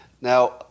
Now